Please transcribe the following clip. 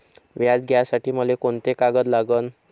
व्याज घ्यासाठी मले कोंते कागद लागन?